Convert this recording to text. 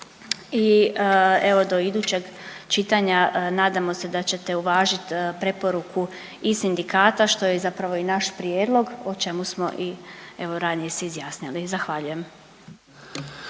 i evo do idućeg čitanja nadamo se da ćete uvažit preporuku i sindikata što je zapravo i naš prijedlog o čemu smo i evo ranije se izjasnili. Zahvaljujem.